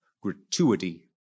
gratuity